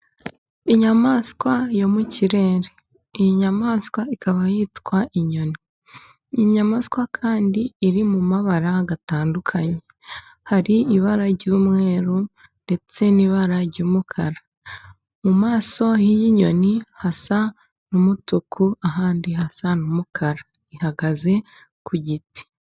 Inyamaswa yo mu kirere, iyi nyamaswa ikaba yitwa inyoni, inyamaswa kandi iri mu mabara atandukanye, hari ibara ry'umweru ndetse n'ibara ry'umukara, mu maso hiyi nyoni hasa n'umutuku, ahandi hasa n'umukara. Ihagaze ku giti.